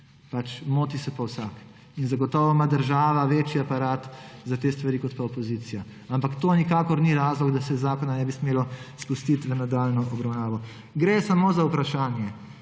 Moti se pa vsak. Zagotovo ima država večji aparat za te stvari kot opozicija. Ampak to nikakor ni razlog, da se zakona ne bi smelo spustiti v nadaljnjo obravnavo. Gre samo za vprašanje,